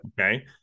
Okay